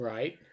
Right